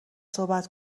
صحبت